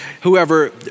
whoever